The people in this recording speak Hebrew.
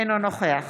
אינו נוכח